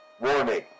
Warning